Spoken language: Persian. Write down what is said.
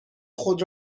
خود